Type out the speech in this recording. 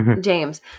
james